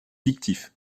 fictif